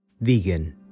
Vegan